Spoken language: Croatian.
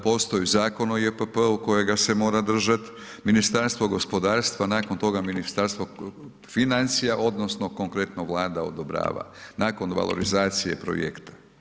Postoji Zakon o JPP-u kojega se mora držati, Ministarstvo gospodarstva nakon toga Ministarstvo financija odnosno konkretno Vlada odobrava nakon valorizacije projekta.